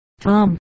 Tom